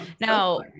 Now